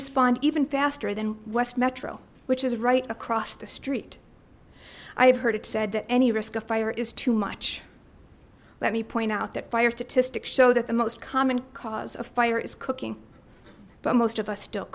respond even faster than west metro which is right across the street i have heard it said that any risk of fire is too much let me point out that fire statistics show that the most common cause of fire is cooking but most of us still